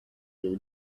your